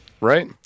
right